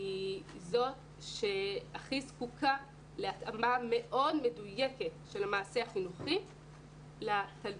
היא זאת שהכי זקוקה להתאמה מאוד מדויקת של המעשה החינוכי לתלמידים.